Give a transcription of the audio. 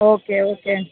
okay okay